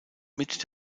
mit